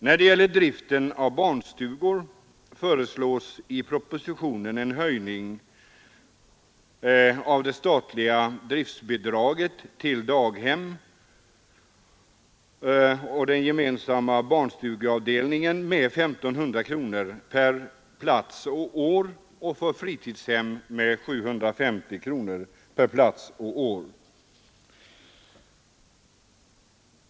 När det gäller driften av barnstugor föreslås i propositionen en höjning av det statliga driftbidraget till daghem och gemensam barnstugeavdelning med 1 500 kronor per plats och år och för fritidshem med 750 kronor per plats och år.